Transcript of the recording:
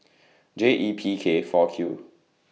J E P K four Q